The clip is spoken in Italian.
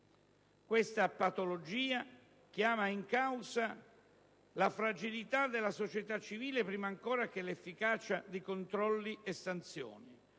Questa patologia chiama in causa la fragilità della società civile prima ancora che l'efficacia di controlli e sanzioni.